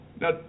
Now